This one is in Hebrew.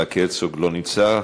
יצחק הרצוג, לא נמצא.